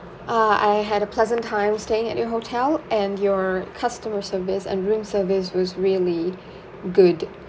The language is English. uh I had a pleasant time staying at your hotel and your customer service and room service was really good